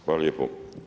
Hvala lijepo.